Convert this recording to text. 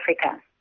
Africa